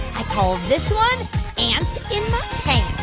i call this one ants in